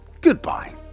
goodbye